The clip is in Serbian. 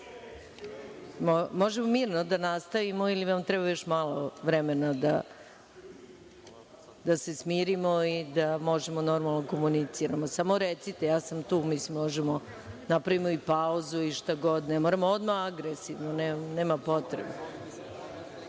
li mirno da nastavimo ili vam treba još malo vremena da se smirimo i da možemo normalno da komuniciramo? Samo recite, ja sam tu. Možemo da napravimo i pauzu i šta god, ne moramo odmah agresivno, nema potrebe. Može,